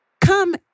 come